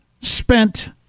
spent